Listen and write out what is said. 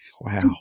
Wow